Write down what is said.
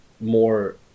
more